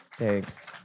Thanks